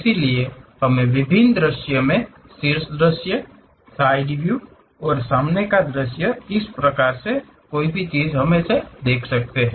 इसलिए हमे विभिन्न दृश्य मे शीर्ष दृश्य साइड व्यू और सामने का दृश्य इस प्रकार की चीजें हम देखेंगे